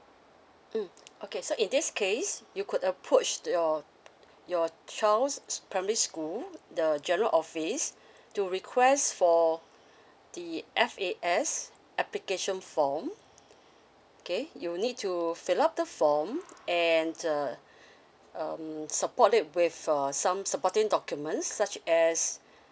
mm okay so in this case you could approach your your child's primary school the general office to request for the F A S application form okay you'll need to fill up the form and uh um support it with uh some supporting documents such as